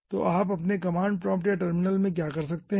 तो आप अपने कमांड प्रॉम्प्ट या टर्मिनल में क्या कर सकते हैं